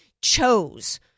chose